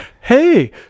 hey